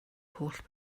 holl